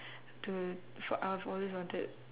to for uh I've always wanted